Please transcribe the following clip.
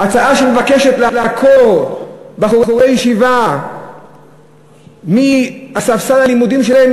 הצעה שמבקשת לעקור בחורי ישיבה מספסל הלימודים שלהם